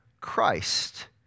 Christ